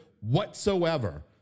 whatsoever